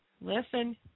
Listen